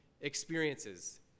experiences